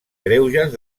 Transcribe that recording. greuges